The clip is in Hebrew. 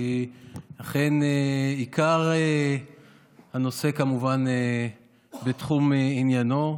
כי אכן עיקר הנושא כמובן בתחום עניינו.